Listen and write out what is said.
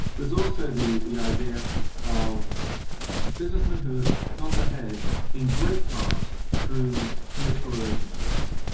there's also the the idea of businessmen who got ahead in great part through political relationships.